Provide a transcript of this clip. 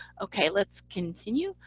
okay, let's continue.